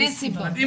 אם